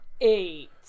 Eight